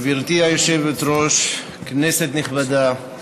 גברתי היושבת-ראש, כנסת נכבדה,